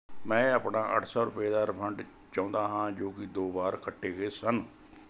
ਮੈਂ ਆਪਣਾ ਅੱਠ ਸੌ ਰੁਪਏ ਰਿਫੰਡ ਚਾਹੁੰਦਾ ਹਾਂ ਜੋ ਕਿ ਦੋ ਵਾਰ ਕੱਟੇ ਗਏ ਸਨ